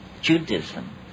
Judaism